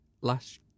last